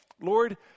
Lord